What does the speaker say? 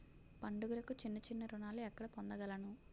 పండుగలకు చిన్న చిన్న రుణాలు ఎక్కడ పొందగలను?